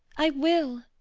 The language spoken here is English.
i will,